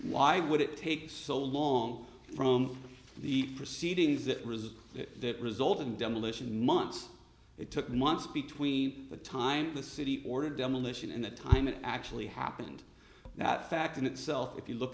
why would it take so long from the proceedings that was that resulted in demolition months it took months between the time the city ordered demolition and the time it actually happened that fact in itself if you look